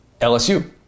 LSU